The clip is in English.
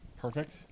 Perfect